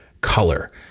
color